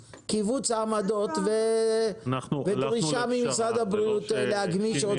עמדות ודרישה ממשרד הבריאות להגמיש עוד קצת.